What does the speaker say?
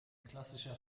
klassischer